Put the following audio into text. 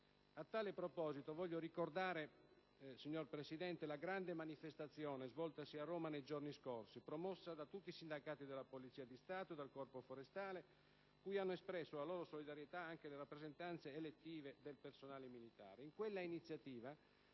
A tale proposito voglio ricordare, signor Presidente, la grande manifestazione svoltasi a Roma nei giorni scorsi, promossa da tutti i sindacati della Polizia di Stato e del Corpo forestale, cui hanno espresso la loro solidarietà anche le rappresentanze elettive del personale militare. In quella iniziativa